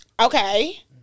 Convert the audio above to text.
Okay